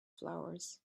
flowers